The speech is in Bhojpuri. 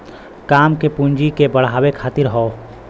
काम के पूँजी के बढ़ावे खातिर हौ